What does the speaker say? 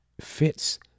fits